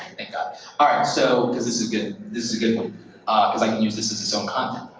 thank god. alright, so, cause this is good. this is a good one, cause i can use this as its own content.